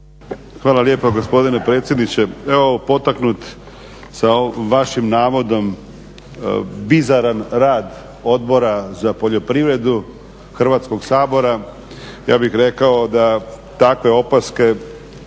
Hvala lijepa gospodine predsjedniče. Evo, potaknut sa vašim navodom bizaran rad Odbora za poljoprivredu Hrvatskog sabora, ja bih rekao da takve opaske